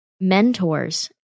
mentors